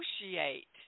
negotiate